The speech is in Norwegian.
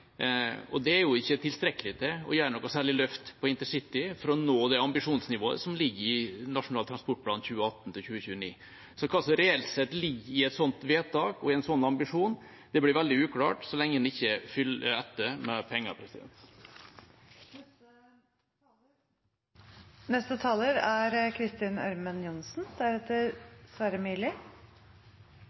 Det er ikke tilstrekkelig til å gjøre noe særlig løft på intercity for å nå det ambisjonsnivået som ligger i Nasjonal transportplan for 2018–2029. Hva som reelt sett ligger i et sånt vedtak og en sånn ambisjon, blir veldig uklart så lenge en ikke fyller på med penger. Aller først takk til samferdselsministeren for en solid, moderne og forutsigbar NTP. Etter behandlingen i Stortinget er